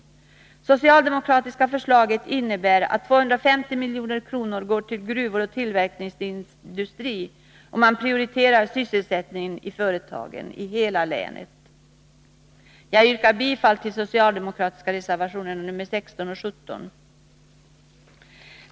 Det socialdemokratiska förslaget innebär att 250 milj.kr. går till gruvor och tillverkningsindustri, och man prioriterar sysselsättningen i företagen i hela länet. Jag yrkar bifall till de socialdemokratiska reservationerna nr 16 och 17. Fru talman!